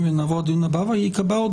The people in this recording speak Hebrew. זה לתת כל מיני כלים לרשות האכיפה והגבייה כאשר